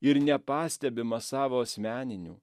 ir nepastebima savo asmeninių